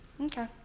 okay